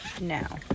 Now